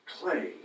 clay